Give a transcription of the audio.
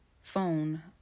phone